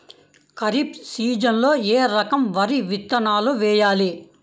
ఖరీఫ్ సీజన్లో ఏ రకం వరి విత్తనాలు వేయాలి?